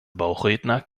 bauchredner